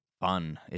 fun